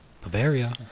Bavaria